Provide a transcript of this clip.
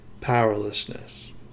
powerlessness